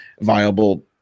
viable